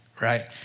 right